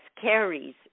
carries